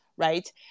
Right